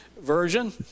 Version